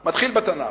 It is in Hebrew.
בתנ"ך.